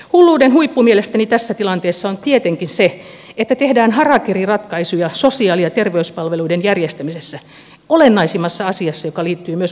hulluuden huippu mielestäni tässä tilanteessa on tietenkin se että tehdään harakiriratkaisuja sosiaali ja terveyspalveluiden järjestämisessä olennaisimmassa asiassa joka liittyy myös kuntatalouteen